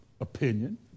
opinion